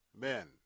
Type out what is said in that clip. men